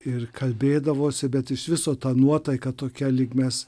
ir kalbėdavosi bet iš viso ta nuotaika tokia lyg mes